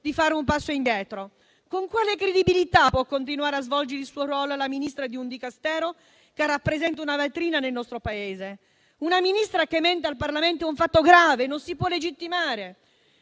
di fare un passo indietro? Con quale credibilità può continuare a svolgere il suo ruolo la Ministra di un Dicastero che rappresenta una vetrina del nostro Paese? Che una Ministra menta al Parlamento è un fatto grave, non si può legittimare.